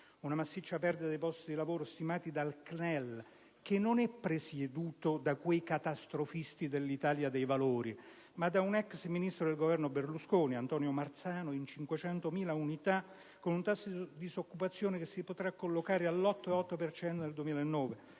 una massiccia perdita di posti di lavoro, stimata dal CNEL (che non è presieduto da quei catastrofisti dell'Italia dei Valori, ma da un ex ministro del Governo Berlusconi, Antonio Marzano) in 500.000 unità, con un tasso di disoccupazione che si potrà collocare all'8,8 per cento